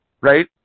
right